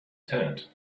tent